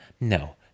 No